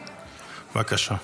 בבקשה.